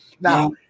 Now